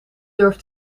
durft